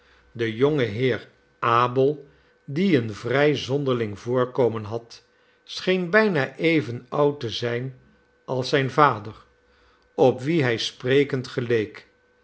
de jonge heer abel die een vrij zonderling voorkomen had scheen bijna even oud te zijn als zijn vader op wien hij sprekend geleek